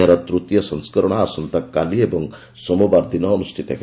ଏହାର ତୃତୀୟ ସଂସ୍କରଣ ଆସନ୍ତାକାଲି ଏବଂ ସୋମବାର ଦିନ ଅନୁଷ୍ଠିତ ହେବ